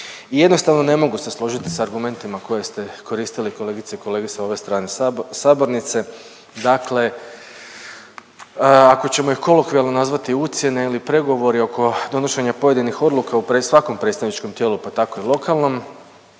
jednostavno ne mogu se složiti s argumentima koje ste koristili kolegice i kolege sa ove strane sabornice. Dakle, ako ćemo ih kolokvijalno nazvati ucjene ili pregovori oko donošenja pojedinih odluka u svakom predstavničkom tijelu pa tako i lokalnom,